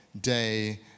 day